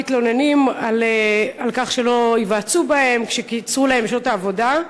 מתלוננים על כך שלא נועצו בהם כשקיצצו להם את שעות העבודה.